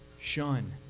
shun